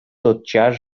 тотчас